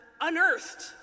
unearthed